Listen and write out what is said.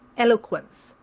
eloquence,